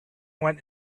went